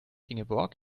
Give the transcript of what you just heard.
ingeborg